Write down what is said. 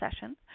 session